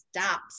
stops